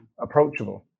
approachable